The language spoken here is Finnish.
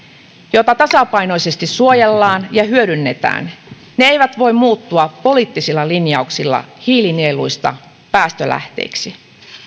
joita tasapainoisesti suojellaan ja hyödynnetään eivät voi muuttua poliittisilla linjauksilla hiilinieluista päästölähteiksi